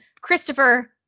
Christopher